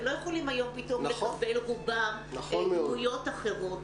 רובם לא יכולים היום פתאום לקבל דמויות אחרות.